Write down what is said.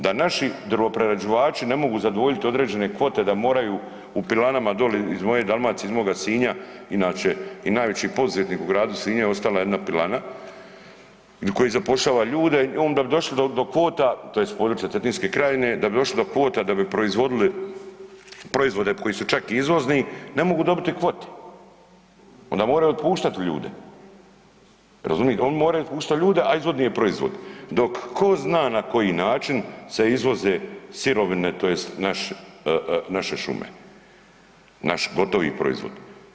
Da naši drvoprerađivači ne mogu zadovoljiti određene kvote da moraju u pilanama doli iz moje Dalmacije, iz moga Sinja, inače i najveći poduzetnik u gradu Sinju je ostala jedna pila koja zapošljava ljude, on da bi došli do kvota, tj. s područja Cetinske krajine, da bi došli do kvota da bi proizvodili proizvode koji su čak i izvozni ne mogu dobiti kvote onda moraju otpuštati ljude, razumijete, oni moraju otpuštati ljude a izvozni je proizvod dok tko zna na koji način se izvoze sirovine tj. naše šume, naš gotovi proizvod.